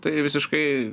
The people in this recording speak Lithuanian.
tai visiškai